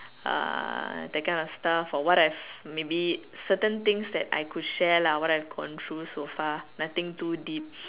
uh that kind of stuff or what I've maybe certain things that I could share lah what I've gone through so far nothing too deep